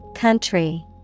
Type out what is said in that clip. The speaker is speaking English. Country